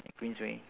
at queensway